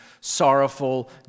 sorrowful